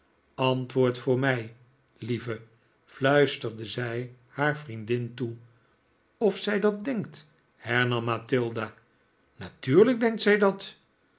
antwoord voor mij lieve fluisterde zij haar vriendin toe of zij dat denkt hernam mathilda natuurlijk denkt zij dat